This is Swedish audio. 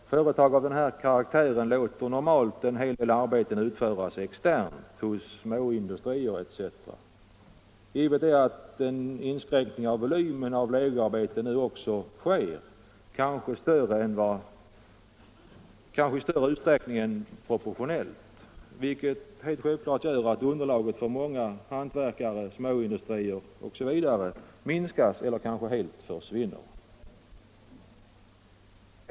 Företag av den här karaktären låter normalt en hel del arbeten utföras externt hos småindustrier etc. Givet är att en inskränkning av volymen av legoarbeten nu också sker i kanske större utsträckning än proportionellt, vilket gör att underlaget för många hantverkare, småindustrier osv. minskas eller helt försvinner.